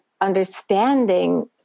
understanding